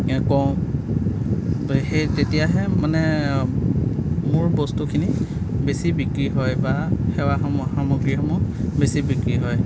কওঁ সেই তেতিয়াহে মানে মোৰ বস্তুখিনি বেছি বিক্ৰী হয় বা সেৱাসমূহ সামগ্ৰীসমূহ বেছি বিক্ৰী হয়